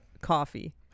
coffee